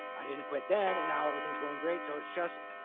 i didn't quit then, and now everything's going great. so it's just,